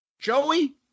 joey